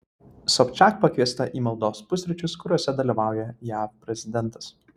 sobčiak pakviesta į maldos pusryčius kuriuose dalyvauja jav prezidentas